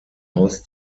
haus